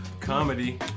Comedy